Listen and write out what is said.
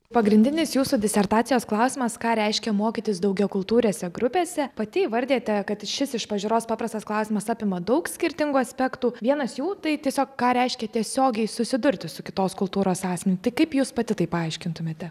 pagrindinis jūsų disertacijos klausimas ką reiškia mokytis daugiakultūrėse grupėse pati įvardijote kad šis iš pažiūros paprastas klausimas apima daug skirtingų aspektų vienas jų tai tiesiog ką reiškia tiesiogiai susidurti su kitos kultūros asmeniu tai kaip jūs pati tai paaiškintumėte